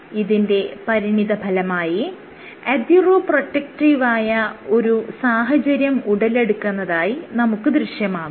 ഇതിന്റെ പരിണിതഫലമായി അതിറോ പ്രൊട്ടക്റ്റീവായ ഒരു സാഹചര്യം ഉടലെടുക്കുന്നതായി നമുക്ക് ദൃശ്യമാകും